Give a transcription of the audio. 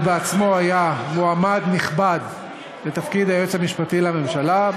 הוא עצמו היה מועמד נכבד לתפקיד היועץ המשפטי לממשלה,